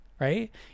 right